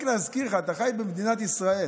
רק מזכיר לך, אתה חי במדינת ישראל.